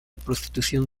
prostitución